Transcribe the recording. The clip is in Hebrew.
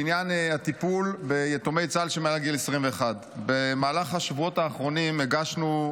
בעניין הטיפול ביתומי צה"ל שמעל גיל 21. במהלך השבועות האחרונים הגשנו,